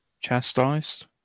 Chastised